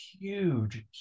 huge